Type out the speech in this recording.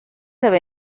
have